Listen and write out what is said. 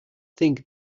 think